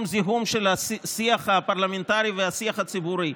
זיהום של השיח הפרלמנטרי והשיח הציבורי,